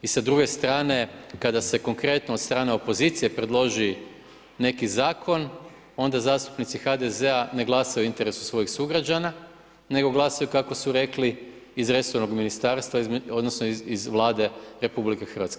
I sa druge strane, kada se konkretno od strane opozicije predloži neki zakon, onda zastupnici HDZ-a ne glasaju u interesu svojih sugrađana, nego glasaju kako su rekli iz resornog ministarstva, odnosno iz Vlade RH.